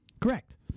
Correct